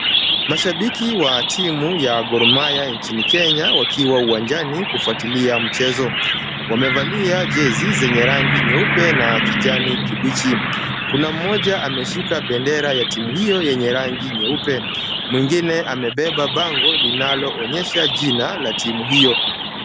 Mashabiki wa timu ya Gor Mahia nchini Kenya wakiwa uwanjani kufuatilia mchezo. Wamevalia jezi zenye rangi nyeupe na kijani kibichi. Kuna mmoja ameshika bendera ya timu hiyo yenye rangi nyeupe mwingine amebeba bango linaloonyesha jina la timu hiyo.